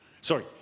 Sorry